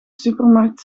supermarkt